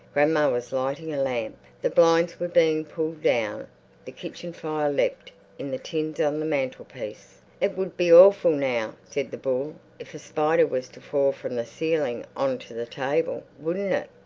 grandma was lighting a lamp. the blinds were being pulled down the kitchen fire leapt in the tins on the mantelpiece. it would be awful now, said the bull, if a spider was to fall from the ceiling on to the table, wouldn't it?